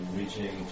reaching